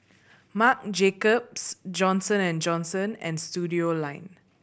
Marc Jacobs Johnson and Johnson and Studioline